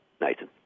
Nathan